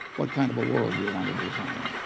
what kind of a world do you wanna design?